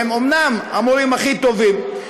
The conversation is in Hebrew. ואומנם הם המורים הכי טובים,